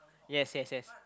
yes yes yes